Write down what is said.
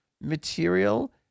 material